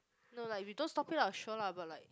no lah if you don't stop it lah sure lah but like